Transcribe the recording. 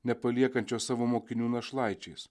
nepaliekančio savo mokinių našlaičiais